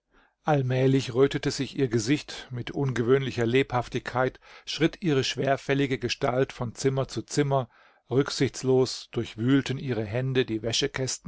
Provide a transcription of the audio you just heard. allmählich rötete sich ihr gesicht mit ungewöhnlicher lebhaftigkeit schritt ihre schwerfällige gestalt von zimmer zu zimmer rücksichtslos durchwühlten ihre hände die